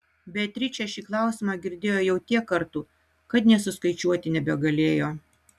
beatričė šį klausimą girdėjo jau tiek kartų kad nė suskaičiuoti nebegalėjo